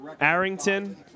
Arrington